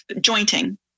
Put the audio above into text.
jointing